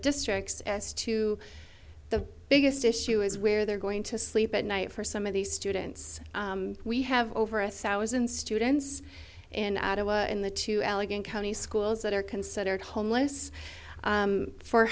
districts as to the biggest issue is where they're going to sleep at night for some of these students we have over a thousand students in in the two allegheny county schools that are considered homeless